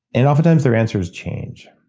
and oftentimes their answers change.